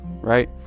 right